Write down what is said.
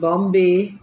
Bombay